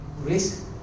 risk